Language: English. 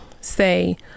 say